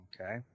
Okay